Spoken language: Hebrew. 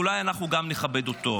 ואולי אנחנו גם נכבד אותו.